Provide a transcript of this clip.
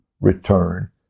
return